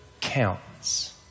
counts